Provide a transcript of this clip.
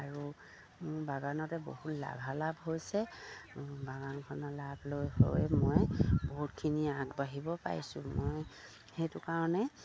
আৰু মোৰ বাগানতে বহুত লাভালাভ হৈছে বাগানখনৰ লাভ লৈ হৈ মই বহুতখিনি আগবাঢ়িব পাৰিছোঁ মই সেইটো কাৰণে